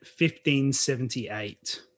1578